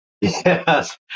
Yes